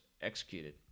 executed